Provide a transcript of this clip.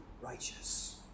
righteous